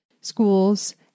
schools